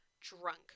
drunk